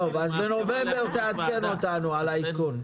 אנחנו מבקשים שבנובמבר תעדכן אותנו על העדכון.